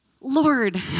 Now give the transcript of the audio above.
Lord